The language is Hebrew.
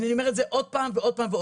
הנה, אני אומר את זה עוד פעם ועוד פעם.